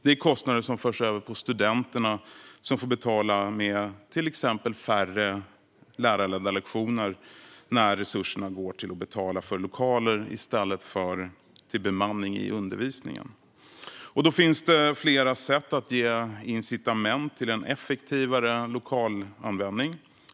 Det är kostnader som förs över på studenterna, som får betala med till exempel färre lärarledda lektioner när resurserna går till att betala för lokaler i stället för till bemanning i undervisningen. Då finns det flera sätt att ge incitament till en effektivare lokalanvändning.